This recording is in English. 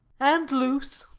and loose.